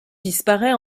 disparaît